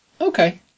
Okay